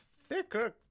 thicker